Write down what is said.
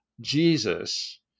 Jesus